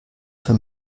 für